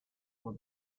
for